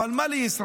אבל מה לישראל?